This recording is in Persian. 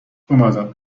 اومدن